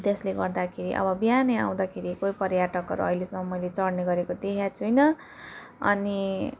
त्यसले गर्दाखेरि अब बिहानै आउँदाखेरि कोही पर्यटकहरू अहिलेसम्म मैले चढ्ने गरेको देखेको छैन अनि